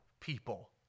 people